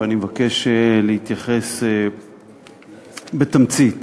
ואני מבקש להתייחס בתמצית.